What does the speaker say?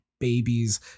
babies